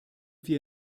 wir